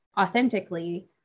authentically